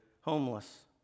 homeless